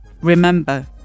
Remember